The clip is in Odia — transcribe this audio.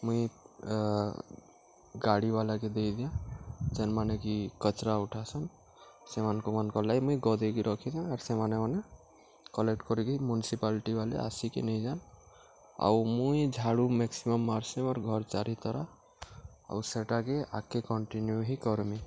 ମୁଇଁ ଗାଡ଼ି ବାଲାକେ ଦେଇଦିଅଁ ଯେନ୍ମାନେ କି କଚରା ଉଠାସନ୍ ସେମାନଙ୍କୁ ମନ କ ଲାଗ ମୁଇଁ ଗଦେଇକି ରଖିଥାଏ ଆର୍ ସେମାନେ ମାନେ କଲେକ୍ଟ କରିକି ମ୍ୟୁନସିପାଲିଟି ବାଲି ଆସିକି ନେଇଯାନ୍ ଆଉ ମୁଇଁ ଝାଡ଼ୁ ମେକ୍ସିମମ୍ ମାରସେ ଅର୍ ଘର ଚାରି ତାରା ଆଉ ସେଟାକେ ଆଗ୍ କେ କଣ୍ଟିନ୍ୟୁ ହିଁ କରମି